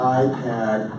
iPad